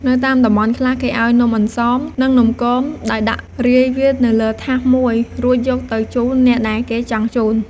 នៅតាមតំបន់ខ្លះ គេឱ្យនំអន្សម និងនំគមដោយដាក់រាយវានៅលើថាសមួយ រួចយកទៅជូនអ្នកដែលគេចង់ជូន។